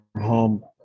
home